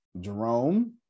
Jerome